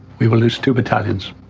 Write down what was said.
we will lose two battalions.